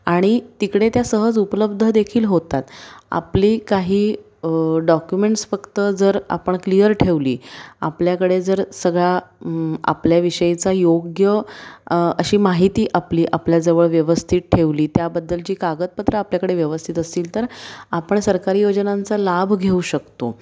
आणि तिकडे त्या सहज उपलब्ध देखील होतात आपली काही डॉक्युमेंट्स फक्त जर आपण क्लिअर ठेवली आपल्याकडे जर सगळा आपल्याविषयीचा योग्य अशी माहिती आपली आपल्याजवळ व्यवस्थित ठेवली त्याबद्दलची कागदपत्रं आपल्याकडे व्यवस्थित असतील तर आपण सरकारी योजनांचा लाभ घेऊ शकतो